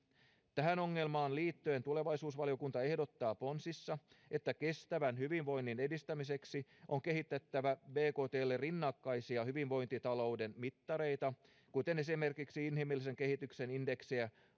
tähän ongelmaan liittyen tulevaisuusvaliokunta ehdottaa ponsissa että kestävän hyvinvoinnin edistämiseksi on kehitettävä bktlle rinnakkaisia hyvinvointitalouden mittareita kuten esimerkiksi inhimillisen kehityksen indeksiä